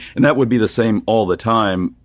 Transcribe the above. and that would be the same all the time.